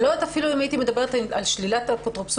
אני לא יודעת אפילו אם הייתי מדברת על שלילת אפוטרופסות